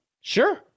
Sure